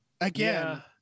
again